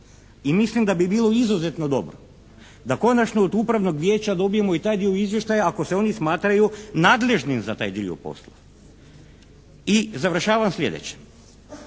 i mislim da bi bilo izuzetno dobro da konačno od upravnog vijeća dobijemo i taj dio izvještaja ako se oni smatraju nadležnim za taj dio posla. I završavam sljedećim.